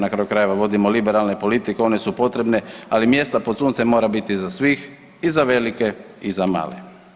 Na kraju krajeva vodimo liberalne politike one su potrebne, ali mjesta pod suncem mora biti za svih i za velike i za male.